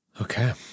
Okay